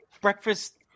breakfast